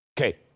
Okay